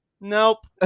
nope